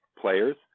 players